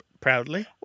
Proudly